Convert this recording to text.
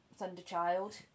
Thunderchild